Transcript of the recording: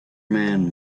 man